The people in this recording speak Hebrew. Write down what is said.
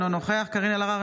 אינו נוכח קארין אלהרר,